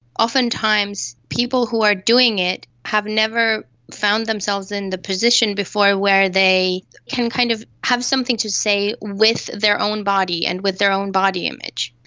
oftentimes people who are doing it have never found themselves in the position before where they can kind of have something to say with their own body and with their own body image.